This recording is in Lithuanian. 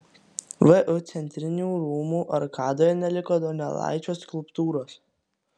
vu centrinių rūmų arkadoje neliko donelaičio skulptūros